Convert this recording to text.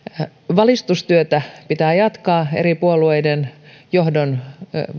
valistustyötä pitää jatkaa eri puolueiden johdon